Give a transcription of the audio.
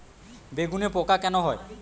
বেগুনে পোকা কেন হয়?